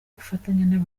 afatanya